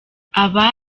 aba